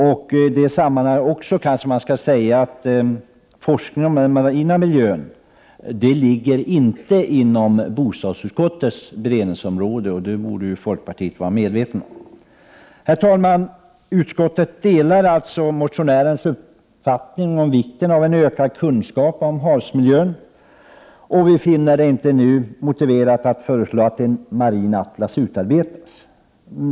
I det sammanhanget vill jag också säga att forskningen om den marina miljön inte ligger inom bostadsutskottets beredningsområde, och det borde folkpartiet vara medvetet om. Herr talman! Utskottet delar alltså motionärernas uppfattning om vikten av ökade kunskaper om havsmiljön. Vi finner det dock nu inte motiverat att föreslå att en marin atlas utarbetas.